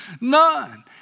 None